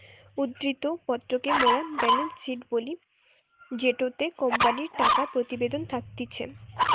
উদ্ধৃত্ত পত্র কে মোরা বেলেন্স শিট বলি জেটোতে কোম্পানির টাকা প্রতিবেদন থাকতিছে